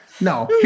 No